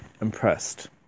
impressed